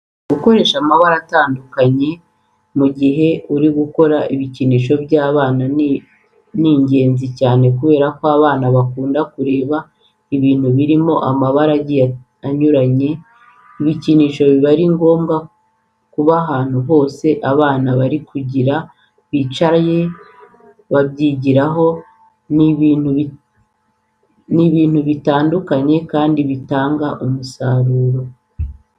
Gukoresha amabara agiye atandukanye mu gihe uri gukora ibikinisho by'abana ni ingenzi cyane kubera ko abana bakunda kureba ibintu birimo amabara agiye anyuranye. Ibikinisho biba bigomba kuba ahantu hose abana bari kugira bicare babyigiraho ibintu bitandukanye kandi bitanga umusaruro.